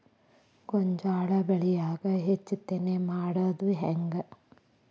ಗೋಂಜಾಳ ಬೆಳ್ಯಾಗ ಹೆಚ್ಚತೆನೆ ಮಾಡುದ ಹೆಂಗ್?